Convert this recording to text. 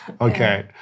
Okay